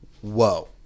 Whoa